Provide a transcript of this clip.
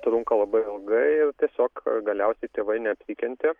trunka labai ilgai tiesiog galiausiai tėvai neapsikentė